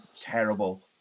terrible